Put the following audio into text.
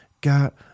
got